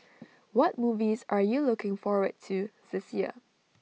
what movies are you looking forward to this year